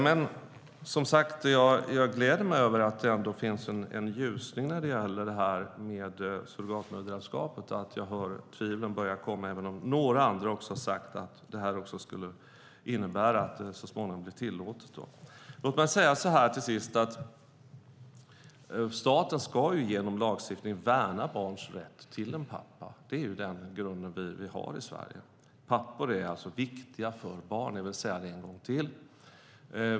Jag gläder mig som sagt över att det finns en ljusning när det gäller surrogatmoderskapet - att tvivlen börjar komma, även om några andra har sagt att det här skulle innebära att det så småningom blir tillåtet. Låt mig säga till sist att staten genom lagstiftning ska värna barns rätt till en pappa. Det är den grunden vi har i Sverige. Pappor är viktiga för barn. Jag vill säga det en gång till.